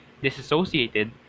disassociated